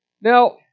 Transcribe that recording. Now